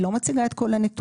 היא לא מציגה את כל הנתונים,